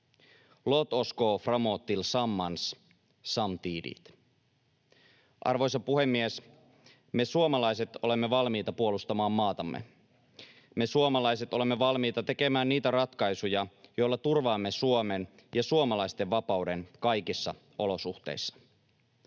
yhteiskuntaamme ja vaalia kulttuuriamme rauhassa. Me suomalaiset olemme valmiita puolustamaan maatamme. Me suomalaiset olemme valmiita tekemään niitä ratkaisuja, joilla turvaamme Suomen ja suomalaisten vapauden kaikissa olosuhteissa.